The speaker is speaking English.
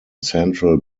central